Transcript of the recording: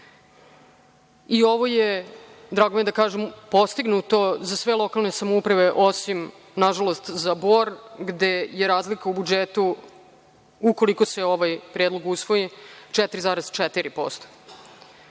i ovo je, drago mi je da kažem postignuto za sve lokalne samouprave osim nažalost za Bor gde je razlika u budžetu, ukoliko se ovaj predlog usvoji 4,4%.